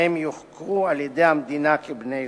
והם יוכרו על-ידי המדינה כבני-זוג.